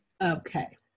okay